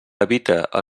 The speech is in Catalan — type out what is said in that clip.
evite